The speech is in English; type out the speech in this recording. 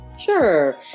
Sure